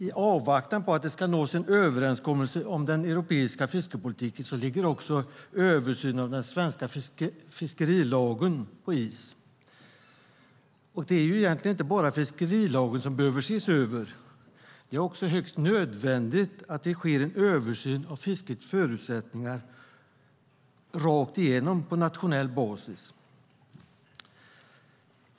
I avvaktan på att det ska nås en överenskommelse om den europeiska fiskeripolitiken ligger även översynen av den svenska fiskelagen på is. Det är egentligen inte bara fiskelagen som behöver ses över; det är också högst nödvändigt att det sker en översyn av fiskets förutsättningar rakt igenom på nationell basis.